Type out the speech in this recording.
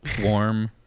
warm